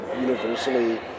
universally